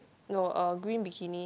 no uh green bikini